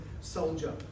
soldier